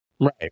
Right